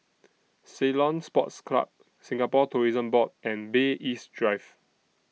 Ceylon Sports Club Singapore Tourism Board and Bay East Drive